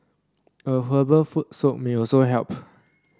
a herbal foot soak may also help